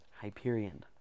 hyperion